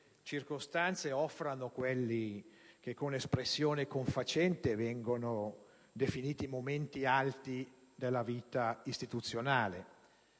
circostanze offrano quelli che, con espressione confacente, vengono definiti momenti alti della vita istituzionale.